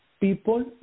people